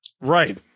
Right